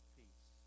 peace